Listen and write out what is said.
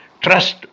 trust